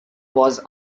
was